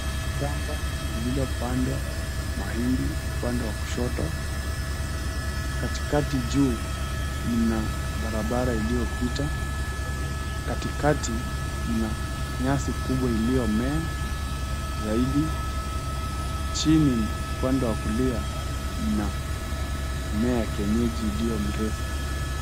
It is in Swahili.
Shamba lililopandwa mahindi upande wa kushoto. Katikati juu mna barabara iliyopita. Katikati mna nyasi kubwa iliyomea zaidi. Chini upande wa kulia mna mmea ya kienyeji iliyo mrefu.